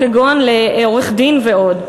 כגון לעורך-דין ועוד.